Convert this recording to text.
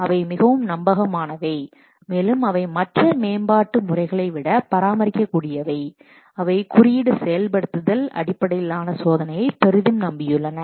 அவை மிகவும் நம்பகமானவை மேலும் அவை மற்ற மேம்பாட்டு முறைகளை விட பராமரிக்கக்கூடியவை அவை குறியீடு செயல்படுத்தல் அடிப்படையிலான சோதனையை பெரிதும் நம்பியுள்ளன